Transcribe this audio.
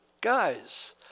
guys